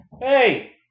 hey